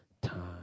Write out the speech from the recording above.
time